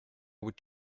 would